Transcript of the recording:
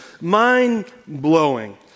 mind-blowing